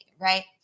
right